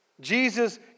Jesus